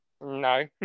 No